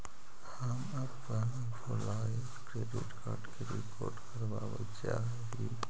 हम अपन भूलायल डेबिट कार्ड के रिपोर्ट करावल चाह ही